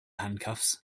handcuffs